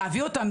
להביא אותם,